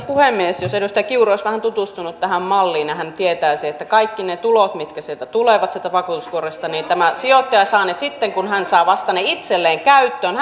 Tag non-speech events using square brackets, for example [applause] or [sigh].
[unintelligible] puhemies jos edustaja kiuru olisi vähän tutustunut tähän malliin niin hän tietäisi että kaikki ne tulot mitkä sieltä vakuutuskuoresta tulevat tämä sijoittaja saa vasta sitten kun hän saa ne itselleen käyttöön [unintelligible]